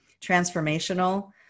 transformational